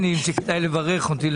יש דברים יותר רציניים שכדאי לברך אותי.